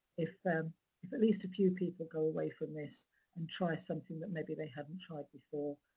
if um if at least a few people go away from this and try something that maybe they haven't tried before,